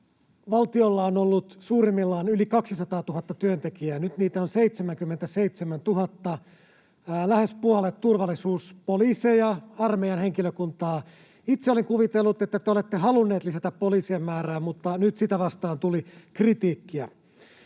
valtiolla on ollut suurimmillaan yli 200 000 työntekijää. Nyt niitä on 77 000, lähes puolet turvallisuudessa: poliiseja, armeijan henkilökuntaa. Itse olin kuvitellut, että te olette halunneet lisätä poliisien määrää, mutta nyt sitä vastaan tuli kritiikkiä.